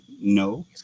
No